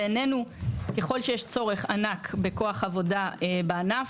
בעינינו ככל שיש צורך ענק בכוח עבודה בענף,